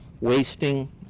Wasting